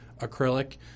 acrylic